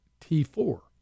T4